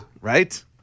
Right